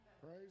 praise